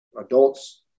adults